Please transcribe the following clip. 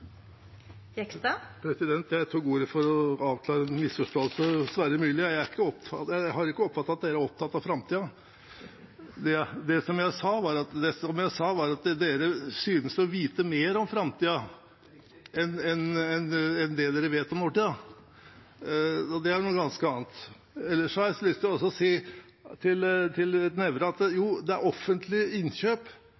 Jeg tar ordet for å oppklare en misforståelse. Til Sverre Myrli: Jeg har ikke oppfattet at dere er opptatt av framtiden. Det jeg sa, var at dere synes å vite mer om framtiden enn dere vet om nåtiden, og det er noe ganske annet. Ellers har jeg også lyst til å si til Nævra: Jo, offentlige innkjøp er ryggraden i drosjenæringen – en av ryggradene, kanskje den viktigste ute i distriktene. Det er en av grunnene til at